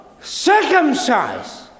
Circumcise